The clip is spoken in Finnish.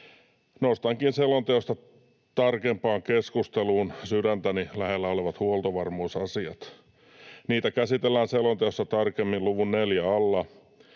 Nostankin selonteosta tarkempaan keskusteluun sydäntäni lähellä olevat huoltovarmuusasiat. Niitä käsitellään selonteossa tarkemmin luvun 4 alla.